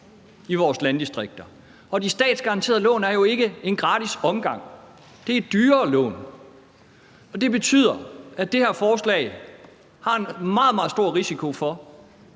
i vores landdistrikter, og de statsgaranterede lån er jo ikke en gratis omgang, det er dyrere lån, og det betyder, at det her forslag har en meget, meget stor risiko for,